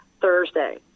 Thursday